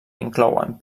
inclouen